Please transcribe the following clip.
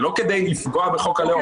זה לא כדי לפגוע בחוק הלאום.